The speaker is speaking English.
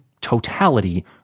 totality